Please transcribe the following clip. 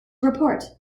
report